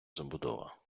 забудова